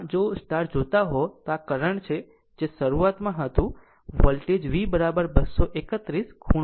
આમ જો જોતા રહો કે આ એક આ કરંટ છે જે શરૂઆતમાં હતું વોલ્ટેજ V 231 ખૂણો 0 o